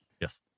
Yes